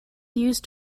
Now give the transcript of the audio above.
used